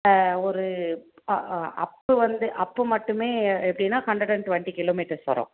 ஒரு அ அ அப்பு வந்து அப்பு மட்டுமே எ எப்படின்னா ஹண்ட்ரேட் அண்ட் டுவெண்டி கிலோமீட்டர்ஸ் வரும்